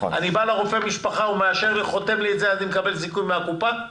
אני בא לרופא משפחה ואם הוא חותם לי על זה אני מקבל זיכוי מן הקופה?